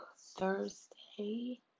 Thursday